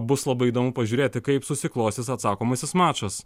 bus labai įdomu pažiūrėti kaip susiklostys atsakomasis mačas